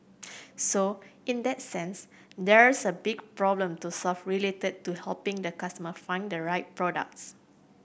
so in that sense there's a big problem to solve related to helping the customer find the right products